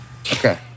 Okay